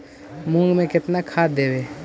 मुंग में केतना खाद देवे?